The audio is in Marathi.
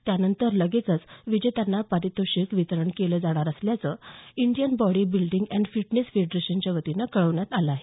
त्यानंतर लगेचच विजेत्यांना पारितोषिक वितरण केलं जाणार असल्याचं Indian body building and fitness फेडरेशनच्या वतीनं कळवण्यात आलं आहे